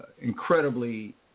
incredibly